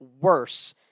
worse